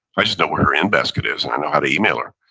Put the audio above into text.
i just know where her in-basket is and i know how to email her.